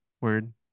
word